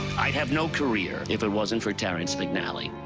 i'd have no career if it wasn't for terrence mcnally.